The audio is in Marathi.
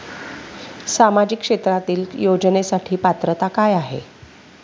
सामाजिक क्षेत्रांतील योजनेसाठी पात्रता काय आहे?